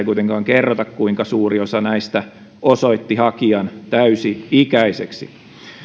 kuitenkaan kerrota kuinka suuri osa näistä osoitti hakijan täysi ikäiseksi